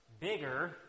bigger